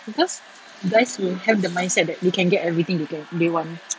because guys will have the mindset that they can get everything they get they want